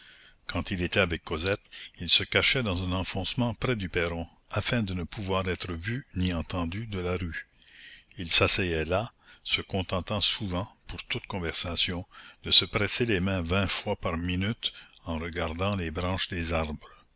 quand il était avec cosette ils se cachaient dans un enfoncement près du perron afin de ne pouvoir être vus ni entendus de la rue et s'asseyaient là se contentant souvent pour toute conversation de se presser les mains vingt fois par minute en regardant les branches des arbres